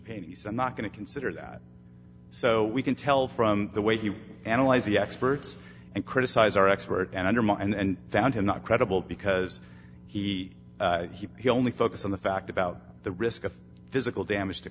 painting he's not going to consider that so we can tell from the way he would analyze the experts and criticize our expert and undermine and found him not credible because he he only focused on the fact about the risk of physical damage to